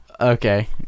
Okay